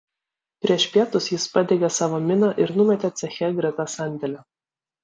prieš pietus jis padegė savo miną ir numetė ceche greta sandėlio